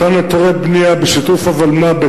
מתן היתרי בנייה בשיתוף הולמ"ב,